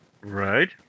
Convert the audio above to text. Right